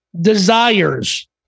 desires